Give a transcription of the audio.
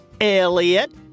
Elliot